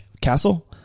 castle